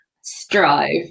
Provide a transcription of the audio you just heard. strive